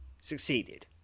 Succeeded